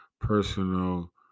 personal